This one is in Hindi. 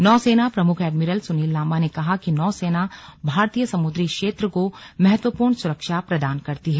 नौसेना प्रमुख एडमिरल सुनील लांबा ने कहा कि नौसेना भारतीय समुद्री क्षेत्र को महत्वपूर्ण सुरक्षा प्रदान करती है